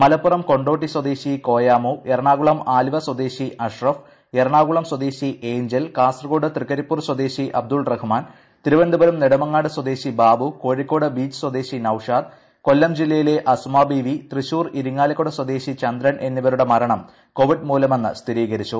മലപ്പുറം കൊണ്ടോട്ടി സ്വദേശി കോയാമു എറണാകുളം ആലുവ സ്ഥാനങ്ങൾ സ്ഥാപിക്കുളം സ്വദേശി എയ്ഞ്ചൽ കാസർഗോഡ് തൃക്കരിപ്പൂർ സ്വദേശി അബ്ദുൾ റഹ്മാൻ തിരുവനന്തപുരം നെടുമങ്ങാട് സ്വദേശി ബാബു കോഴിക്കോട് ബിച്ച് സ്വദേശി നൌഷാദ് കൊല്ലം ജില്ലയിലെ അസുമാ ബീവി തൃശൂർ ഇരിങ്ങാലക്കുട സ്വദേശി ചന്ദ്രൻ എന്നിവരുടെ മരണം കോവിഡ് മൂലമെന്ന് സ്ഥിരീകരിച്ചു